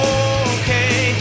okay